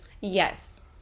yes